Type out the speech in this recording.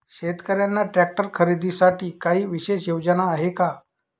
शेतकऱ्यांना ट्रॅक्टर खरीदीसाठी काही विशेष योजना आहे का?